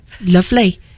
lovely